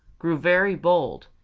grew very bold,